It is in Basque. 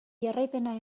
jarraipena